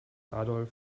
adolf